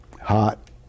Hot